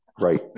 Right